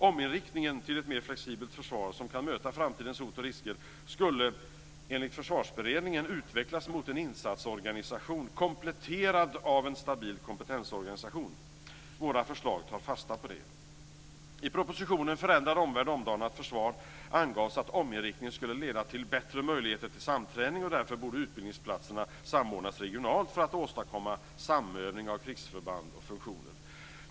Ominriktningen till ett mer flexibelt försvar som kan möta framtidens hot och risker skulle, enligt Försvarsberedningen, utvecklas mot en insatsorganisation kompletterad av en stabil kompetensorganisation. Våra förslag tar fasta på detta! I propositionen Förändrad omvärld - omdanat försvar angavs att ominriktningen skulle leda till bättre möjligheter till samträning och därför borde utbildningsplatserna samordnas regionalt för att åstadkomma "samövning av krigsförband och funktioner".